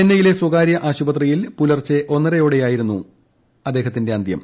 ചെന്നൈയിലെ സ്വകാരൃ ആശുപത്രിയിൽ പുലർച്ചെ ഒന്നരയോടെയായിരുന്നു അ ന്തൃം